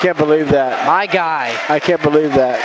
can't believe that right guy i can't believe th